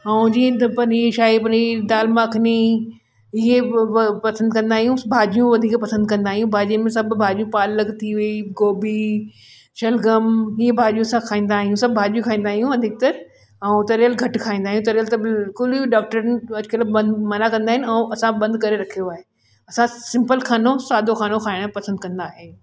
ऐं जीअं त पनीर शाही पनीर दालि माखनी इयं बि बि पसंदि कंदा आहियूं भाॼियूं वधीक पसंद कंदा आहियूं भाॼीअ में सभु भाॼियूं पालक थी वेई गोभी शलगम इअं भाॼियूं असां खाईंदा आहियूं सभु भाॼियूं खाईंदा आहियूं अधिकतर ऐं तरियल घटि खाईंदा आहियूं तरियल त बिल्कुलु ई डॉक्टरनि अॼुकल्ह मन मना कंदा आहिनि ऐं असां बंदि करे रखियो आहे असां सिंपल खानो साधो खानो खाइण पसंदि कंदा आहियूं